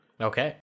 okay